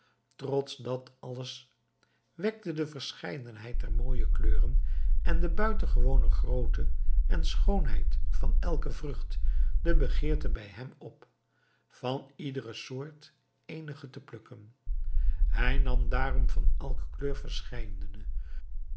trots dat alles wekte de verscheidenheid der mooie kleuren en de buitengewone grootte en schoonheid van elke vrucht de begeerte bij hem op van iedere soort eenige te plukken hij nam daarom van elke kleur